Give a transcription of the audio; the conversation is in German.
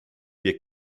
wir